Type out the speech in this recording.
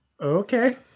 okay